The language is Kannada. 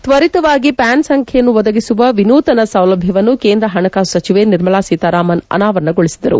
ತ್ವರಿತವಾಗಿ ಪ್ಯಾನ್ ಸಂಚ್ಯೆಯನ್ನು ಒದಗಿಸುವ ವಿನೂತನ ಸೌಲಭ್ಯವನ್ನು ಕೇಂದ್ರ ಹಣಕಾಸು ಸಚಿವೆ ನಿರ್ಮಲಾ ಸೀತಾರಾಮನ್ ಅನಾವರಣಗೊಳಿಸಿದರು